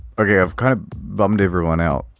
okay, i've kind of bummed everyone out,